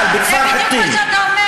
למשל בכפר חיטים, זה בדיוק מה שאתה אומר.